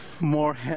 more